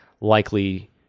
likely